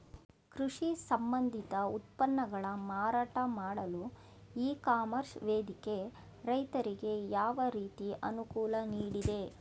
ಕೃಷಿ ಸಂಬಂಧಿತ ಉತ್ಪನ್ನಗಳ ಮಾರಾಟ ಮಾಡಲು ಇ ಕಾಮರ್ಸ್ ವೇದಿಕೆ ರೈತರಿಗೆ ಯಾವ ರೀತಿ ಅನುಕೂಲ ನೀಡಿದೆ?